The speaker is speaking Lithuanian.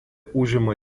užima